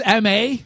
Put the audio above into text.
MA